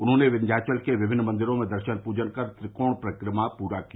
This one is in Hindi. उन्होंने विध्याचल के विभिन्न मंदिरों में दर्शन पूजन कर त्रिकोण परिक्रमा पूरी की